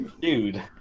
dude